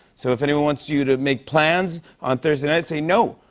so if anyone wants you to make plans on thursday night, say, no,